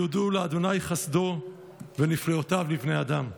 "יודו לה' חסדו ונפלאותיו לבני אדם",